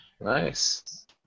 Nice